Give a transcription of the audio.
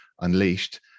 unleashed